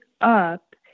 up